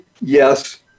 Yes